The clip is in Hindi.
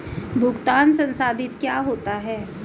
भुगतान संसाधित क्या होता है?